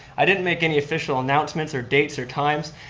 i didn't make any official announcements or dates or times.